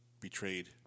betrayed